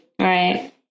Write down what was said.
right